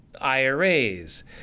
IRAs